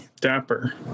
Dapper